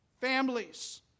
families